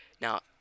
Now